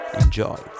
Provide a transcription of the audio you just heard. Enjoy